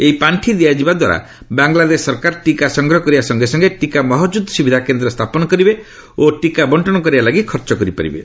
ଏହି ପାର୍ଷି ଦିଆଯିବା ଦ୍ୱାରା ବାଙ୍ଗଲାଦେଶ ସରକାର ଟିକା ସଂଗ୍ରହ କରିବା ସଙ୍ଗେ ସଙ୍ଗେ ଟିକା ମହକୁଦ ସୁବିଧା କେନ୍ଦ୍ର ସ୍ଥାପନ କରିବେ ଓ ଟିକା ବଣ୍ଟନ କରିବା ଲାଗି ଖର୍ଚ୍ଚ କରିପାରିବେ